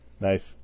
Nice